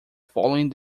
following